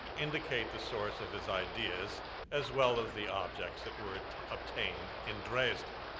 indicate the source of his ideas as well of the objects that were obtained in dresden.